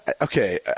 Okay